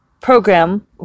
program